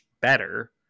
better